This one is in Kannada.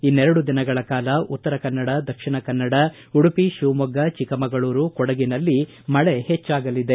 ಇನ್ನೆರಡು ದಿನಗಳ ಕಾಲ ಉತ್ತರ ಕನ್ನಡ ದಕ್ಷಿಣ ಕನ್ನಡ ಉಡುಪಿ ಶಿವಮೊಗ್ಗ ಚಿಕ್ಕಮಗಳೂರು ಕೊಡಗಿನಲ್ಲಿ ಮಳೆ ಹೆಚ್ಚಾಗಲಿದೆ